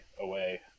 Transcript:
away